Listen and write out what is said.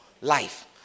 life